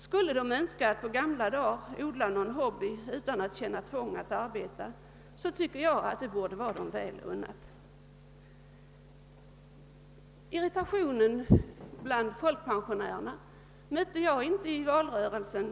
Skulle de på gamla dagar önska odla någon hobby utan att känna tvång att arbeta, borde det vara dem väl unnat. Någon irritation bland folkpensionärerna mötte jag inte i valrörelsen.